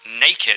naked